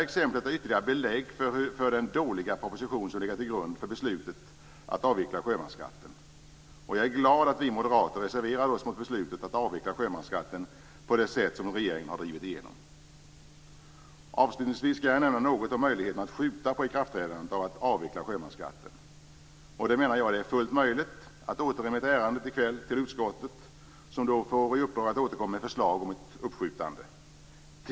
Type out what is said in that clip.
Exemplet är ytterligare ett belägg för den dåliga proposition som legat till grund för beslutet om att avveckla sjömansskatten. Jag är glad att vi moderater reserverade oss mot beslutet om att avveckla sjömansskatten på det sätt som regeringen har drivit igenom. Avslutningsvis skall jag nämna något om möjligheterna att skjuta på ikraftträdandet av detta med att avveckla sjömansskatten. Jag menar att det är fullt möjligt att i kväll besluta om att återremittera ärendet till utskottet, som då får i uppdrag att återkomma med förslag om att skjuta på detta.